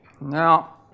Now